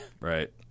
Right